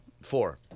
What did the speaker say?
Four